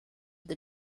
the